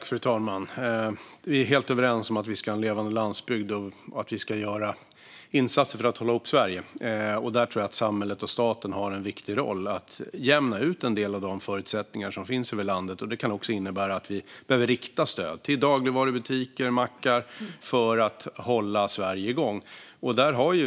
Fru talman! Vi är helt överens om att vi ska ha en levande landsbygd och om att vi ska göra insatser för att hålla ihop Sverige. Jag tror att samhället och staten har en viktig roll när det gäller att jämna ut en del av de förutsättningar som finns över landet. Det kan också innebära att vi behöver rikta stöd till dagligvarubutiker och mackar för att hålla Sverige igång.